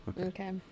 Okay